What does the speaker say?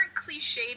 cliched